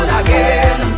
again